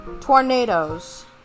tornadoes